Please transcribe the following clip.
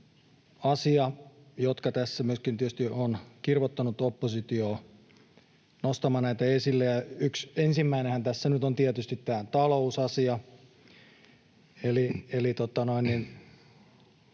asia, jotka tässä tietysti myöskin ovat kirvoittaneet oppositiota nostamaan näitä esille. Ensimmäinenhän tässä nyt on tietysti tämä talousasia. Eli